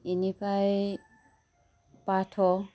बेनिफाय बाथ'